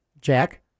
Jack